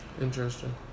Interesting